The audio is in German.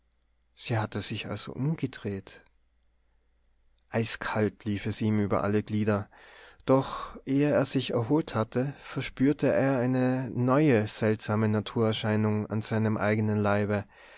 sie hatte sich also umgedreht eiskalt lief es ihm über alle glieder doch ehe er sich erholt hatte verspürte er eine neue seltsame naturerscheinung an seinem eigenen leibe